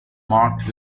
marked